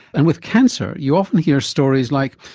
and with cancer you often hear stories like,